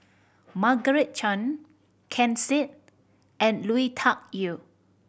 Margaret Chan Ken Seet and Lui Tuck Yew